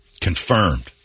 Confirmed